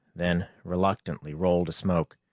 then reluctantly rolled a smoke.